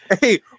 Hey